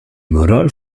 moral